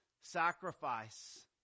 sacrifice